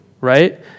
right